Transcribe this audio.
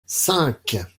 cinq